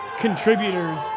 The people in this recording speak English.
Contributors